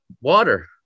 water